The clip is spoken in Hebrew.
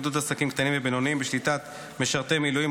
עידוד עסקים קטנים ובינוניים בשליטת משרתי מילואים),